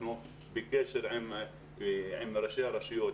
אנחנו בקשר עם ראשי הרשויות,